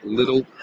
little